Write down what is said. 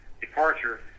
departure